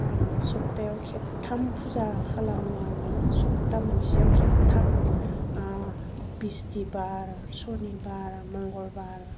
सप्तायाव खेबथाम फुजा खालामो आङो सप्ता मोनसेआव खेबथाम बिस्थिबार सुनिबार मंगलबार